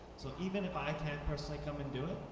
so even if i can't personally come and do it,